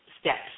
steps